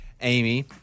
Amy